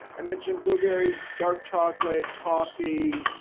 i mentioned blueberries, dark chocolate, coffee.